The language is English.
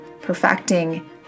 perfecting